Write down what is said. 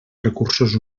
recursos